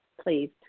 please